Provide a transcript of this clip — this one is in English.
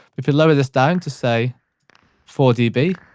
if you lower this down to say four db,